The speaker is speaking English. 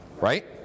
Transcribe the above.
right